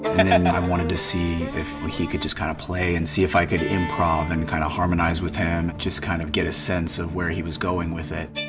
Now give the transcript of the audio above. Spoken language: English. and and then i wanted to see if he could just kind of play and see if i could improv and kind of harmonize with him, just kind of get a sense of where he was going with it.